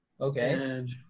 Okay